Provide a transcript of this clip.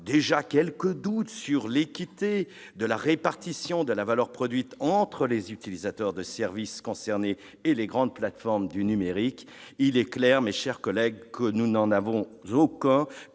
avoir quelques doutes sur l'équité de la répartition de la valeur produite entre les utilisateurs des services concernés et les grandes plateformes du numérique, il est clair, mes chers collègues, que nous n'en avons aucun